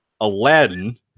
Aladdin